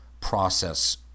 process